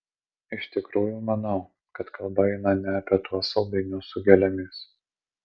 iš tikrųjų manau kad kalba eina ne apie tuos saldainius su gėlėmis